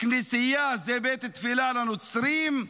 כנסייה זה בית תפילה לנוצרים,